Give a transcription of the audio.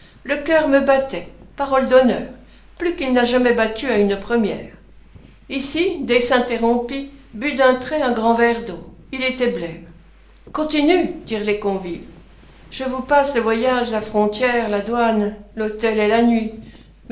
le cœur me battait parole d'honneur plus qu'il ne m'a jamais battu à une première ici d s'interrompit but d'un trait un grand verre d'eau il était blême continue dirent les convives je vous passe le voyage la frontière la douane l'hôtel et la nuit